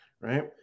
right